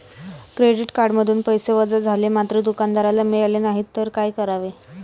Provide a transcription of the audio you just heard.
Credit कार्डमधून पैसे वजा झाले मात्र दुकानदाराला मिळाले नाहीत तर काय करावे?